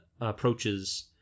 approaches